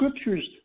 scriptures